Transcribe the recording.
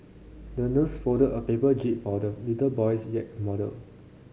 the nurse folded a paper jib for the little boy's yacht model